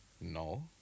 No